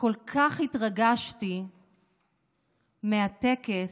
כל כך התרגשתי מהטקס